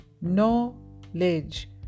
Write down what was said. Knowledge